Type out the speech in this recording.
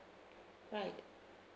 right